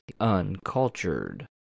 uncultured